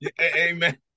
Amen